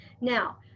now